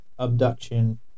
abduction